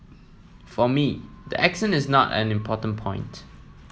for me the accent is not an important point